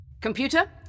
Computer